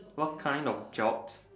what kind of job